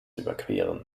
überqueren